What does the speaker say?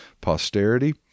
posterity